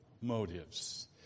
motives